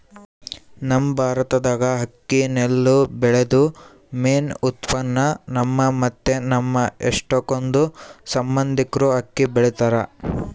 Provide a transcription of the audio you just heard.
ನಮ್ ಭಾರತ್ದಾಗ ಅಕ್ಕಿ ನೆಲ್ಲು ಬೆಳ್ಯೇದು ಮೇನ್ ಉತ್ಪನ್ನ, ನಮ್ಮ ಮತ್ತೆ ನಮ್ ಎಷ್ಟಕೊಂದ್ ಸಂಬಂದಿಕ್ರು ಅಕ್ಕಿ ಬೆಳಿತಾರ